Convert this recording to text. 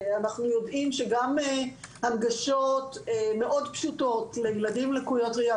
אנחנו יודעים גם על הנגשות מאוד פשוטות לילדים עם לקויות ראייה,